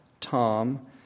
Tom